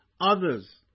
others